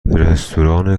رستوران